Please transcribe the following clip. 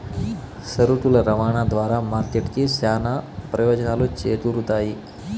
సరుకుల రవాణా ద్వారా మార్కెట్ కి చానా ప్రయోజనాలు చేకూరుతాయి